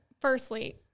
Firstly